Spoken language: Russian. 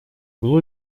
углу